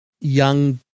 young